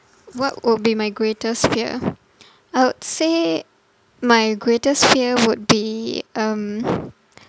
what would be my greatest fear I would say my greatest fear would be um